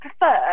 prefer